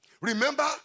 Remember